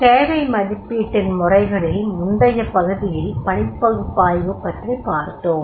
தேவை மதிப்பீட்டின் முறைகளில் முந்தைய பகுதியில் பணிப் பகுப்பாய்வு பற்றிப் பார்த்தோம்